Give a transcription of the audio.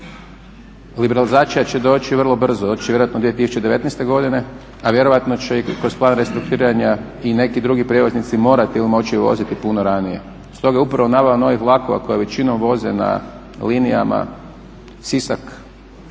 Liberalizacija će doći vrlo brzo, doći će vjerojatno 2019. godine, a vjerojatno će i kako je stvar restrukturiranja i neki drugi prijevoznici morati ili moći voziti puno ranije. Stoga je upravo nabava novih vlakova koji većinom voze na linijama Sisak